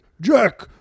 Jack